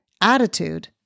attitude